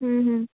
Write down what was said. ਹਮ ਹਮ